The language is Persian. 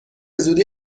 زودی